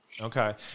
Okay